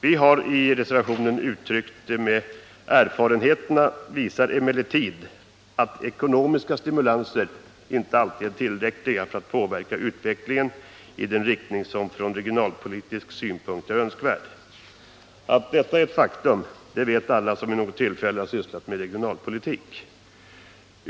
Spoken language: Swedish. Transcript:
Vi har i reservationen uttryckt det på följande sätt: ”Erfarenheterna visar emellertid att ekonomiska stimulanser inte alltid är tillräckliga för att påverka utvecklingen i den riktning som från regionalpolitisk synpunkt är önskvärd.” Att detta är ett faktum vet alla som vid något tillfälle sysslat med regionalpolitik.